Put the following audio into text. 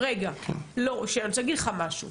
גברתי, אני --- רגע, אני רוצה להגיד לך משהו.